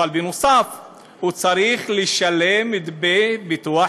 ובנוסף הוא צריך לשלם את דמי ביטוח